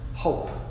hope